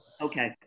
Okay